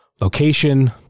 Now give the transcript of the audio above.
location